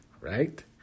right